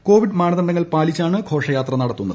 Covid മാനദണ്ഡങ്ങൾ പാലിച്ചാണ് ഘോഷയാത്ര നടത്തുന്നത്